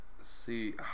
see